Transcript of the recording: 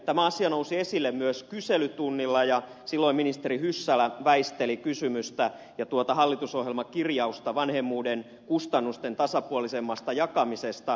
tämä asia nousi esille myös kyselytunnilla ja silloin ministeri hyssälä väisteli kysymystä ja tuota hallitusohjelmakirjausta vanhemmuuden kustannusten tasapuolisemmasta jakamisesta